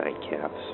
nightcaps